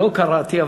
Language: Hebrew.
לא קראתי,